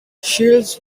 shields